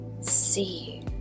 see